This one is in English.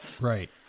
Right